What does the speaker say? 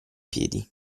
piedi